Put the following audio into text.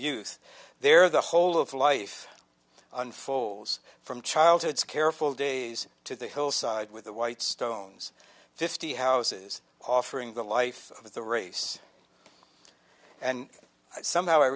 youth there the whole of life unfolds from childhood careful days to the hillside with the white stones fifty houses offering the life of the race and somehow i